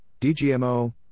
DGMO